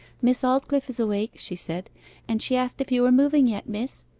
miss aldclyffe is awake she said and she asked if you were moving yet, miss